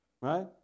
right